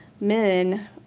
men